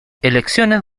elecciones